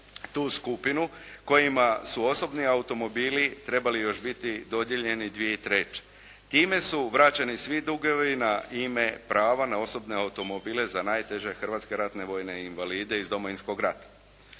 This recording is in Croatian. tu skupinu kojima su osobni automobili trebali još biti dodijeljeni 2003. Time su vraćeni svi dugovi na ime prava na osobne automobile za najteže hrvatske ratne vojne invalide iz Domovinskog rata.